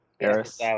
Eris